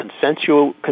consensual